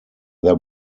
there